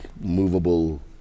movable